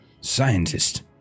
Scientist